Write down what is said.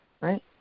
right